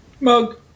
Mug